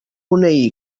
una